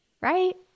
right